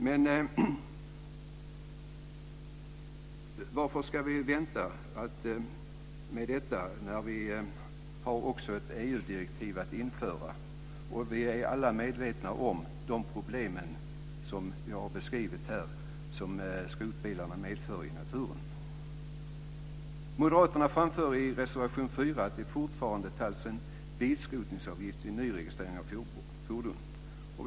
Men varför ska vi vänta när vi har ett EU-direktiv att införa detta och vi alla är medvetna om de problem som jag har beskrivit här som skrotbilarna medför i naturen? Moderaterna framför i reservation 4 att det fortfarande tas ut en bilskrotningsavgift vid nyregistrering av fordon.